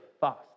fast